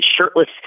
Shirtless